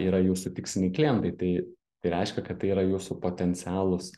yra jūsų tiksliniai klientai tai tai reiškia kad tai yra jūsų potencialūs